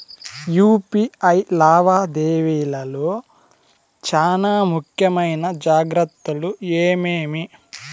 UPI లావాదేవీల లో చానా ముఖ్యమైన జాగ్రత్తలు ఏమేమి?